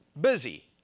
busy